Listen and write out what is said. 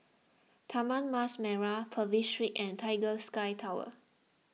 Taman Mas Merah Purvis Street and Tiger Sky Tower